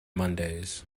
mondays